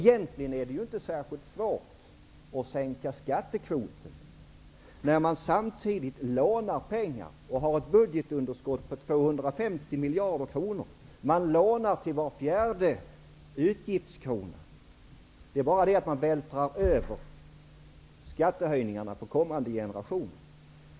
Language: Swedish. Egentligen är det inte särskilt svårt att sänka skattekvoten, när man samtidigt lånar pengar och har ett budgetunderskott på 250 miljarder kronor. Man lånar till var fjärde utgiftskrona. Men på det sättet vältrar man över skattehöjningarna på kommande generationer.